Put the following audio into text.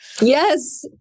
Yes